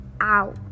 out